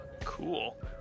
Cool